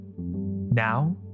Now